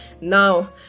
Now